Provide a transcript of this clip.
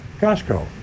Costco